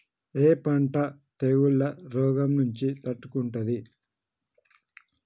ఏ పంట తెగుళ్ల రోగం నుంచి తట్టుకుంటుంది?